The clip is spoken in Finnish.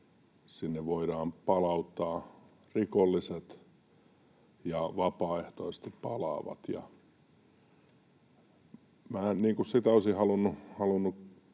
sinne voidaan palauttaa rikolliset ja vapaaehtoisesti palaavat.